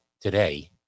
today